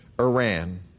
Iran